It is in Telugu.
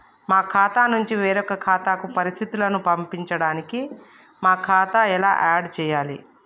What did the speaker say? మా ఖాతా నుంచి వేరొక ఖాతాకు పరిస్థితులను పంపడానికి మా ఖాతా ఎలా ఆడ్ చేయాలి?